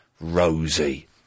Rosie